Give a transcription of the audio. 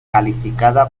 calificada